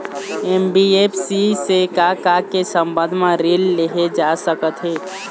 NBFC से का का के संबंध म ऋण लेहे जा सकत हे?